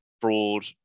fraud